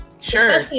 sure